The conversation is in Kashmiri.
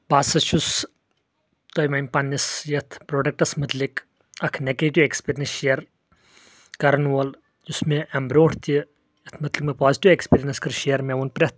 بہ ہسا چھُس تۄہہ وۄنۍ پننس یتھ پروڈکٹس متعلِق اکھ نگیٹِو ایٚکٕسپیرینٕس شِیر کران وول یُس مےٚ امہِ برونٹھ تہِ یتھ متعلِق مےٚ پازٹِو ایٚکٕسپیرینٕس کٔر شِیر مےٚ ووٚن پرٮ۪تھ